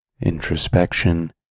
introspection